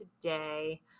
today